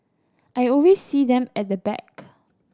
I always see them at the back